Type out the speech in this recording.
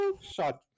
shot